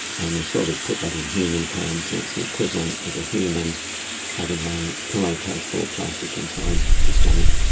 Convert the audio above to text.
and we sort of put that in human terms and it's the equivalent of a human having a pillowcase full of plastic inside the stomach.